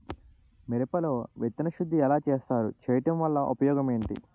మిరప లో విత్తన శుద్ధి ఎలా చేస్తారు? చేయటం వల్ల ఉపయోగం ఏంటి?